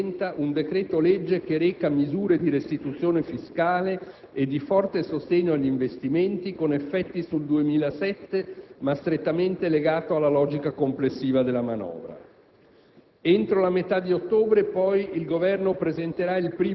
Contestualmente al bilancio e alla finanziaria, il Governo presenta un decreto-legge che reca misure di restituzione fiscale e di forte sostegno agli investimenti con effetti sul 2007, ma strettamente legato alla logica complessiva della manovra.